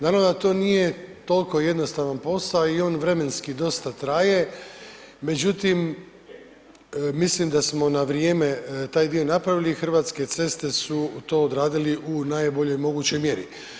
Naravno da to nije toliko jednostavan posao i on vremenski dosta traje međutim mislim da smo na vrijeme taj dio napravili, Hrvatske ceste su to odradili u najboljoj mogućoj mjeri.